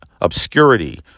obscurity